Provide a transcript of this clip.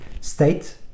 state